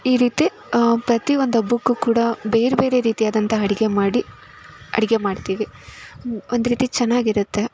ಈ ರೀತಿ ಪ್ರತಿ ಒಂದು ಹಬ್ಬಕ್ಕೂ ಕೂಡ ಬೇರೆ ಬೇರೆ ರೀತಿಯಾದಂಥ ಅಡುಗೆ ಮಾಡಿ ಅಡುಗೆ ಮಾಡ್ತೀವಿ ಮು ಒಂದುರೀತಿ ಚೆನ್ನಾಗಿರುತ್ತೆ